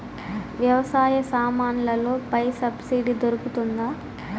వ్యవసాయ సామాన్లలో పై సబ్సిడి దొరుకుతుందా?